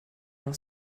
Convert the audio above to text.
noch